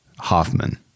Hoffman